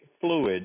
fluid